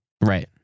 Right